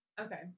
Okay